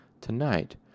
Tonight